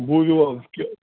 بوٗزِو حظ کہِ